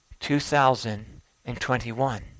2021